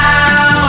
Now